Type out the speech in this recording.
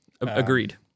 agreed